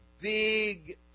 big